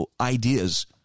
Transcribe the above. ideas